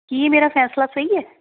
ਕੀ ਮੇਰਾ ਫੈਸਲਾ ਸਹੀ ਹੈ